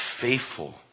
faithful